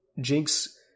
Jinx